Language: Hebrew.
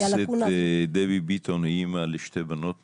הלאקונה --- חברת הכנסת דבי ביטון היא אמא לשתי בנות מקסימות,